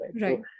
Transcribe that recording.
right